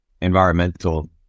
environmental